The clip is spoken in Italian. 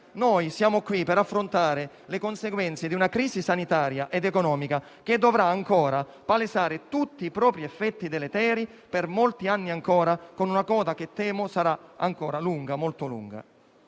Noi siamo qui per affrontare le conseguenze di una crisi sanitaria ed economica che dovrà ancora palesare tutti i propri effetti deleteri per molti anni ancora, con una coda che temo sarà molto lunga.